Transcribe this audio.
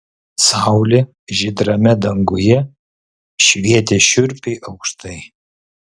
saulė žydrame danguje švietė šiurpiai aukštai